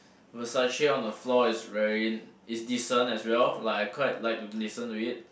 Versace-on-the-Floor is very is decent as well like I quite like to listen to it